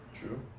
True